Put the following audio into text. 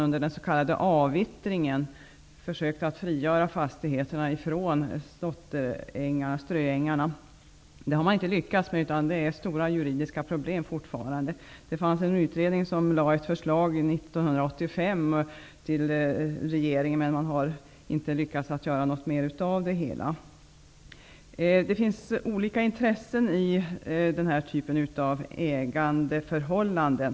Under den s.k. avvittringen försökte man att frigöra fastigheterna från ströängarna. Det har man inte lyckats med. Det är stora juridiska problem fortfarande. Det fanns en utredning som lade fram ett förslag till regeringen 1985. Men man har inte lyckats att göra något mer av den. Det finns olika intressen i den här typen av ägandeförhållanden.